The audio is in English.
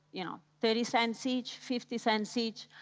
you know, thirty cents each, fifty cents each.